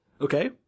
Okay